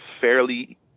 fairly